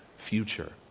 future